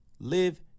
Live